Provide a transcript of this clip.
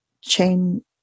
chain